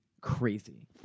crazy